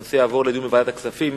הנושא יעבור לדיון בוועדת הכספים.